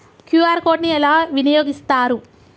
QR code ని ఎలా వినియోగిస్తారు?